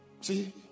See